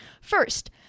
First